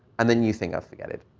and then you think, forget it.